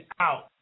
out